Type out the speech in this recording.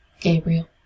Gabriel